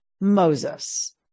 moses